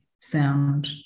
sound